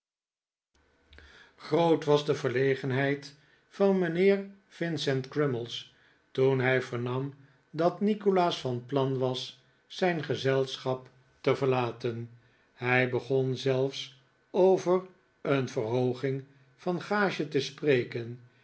groot was de verlegenheid van mijnheer vincent crummies toen hij vernam dat nikolaas van plan was zijn gezelschap te verlaten hij begon zelfs over een verhooging van gage te spreken